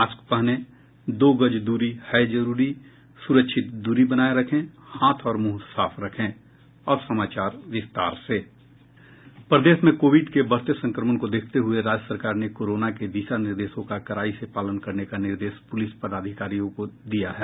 mask पहनें दो गज दूरी है जरूरी सुरक्षित दूरी बनाये रखें हाथ और मुंह साफ रखें प्रदेश में कोविड के बढ़ते संक्रमण को देखते हुये राज्य सरकार ने कोरोना के दिशा निर्देशों का कड़ाई से पालन कराने का निर्देश पुलिस अधिकारियों को दिया है